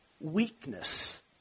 weakness